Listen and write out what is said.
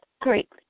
great